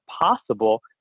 possible